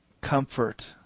Comfort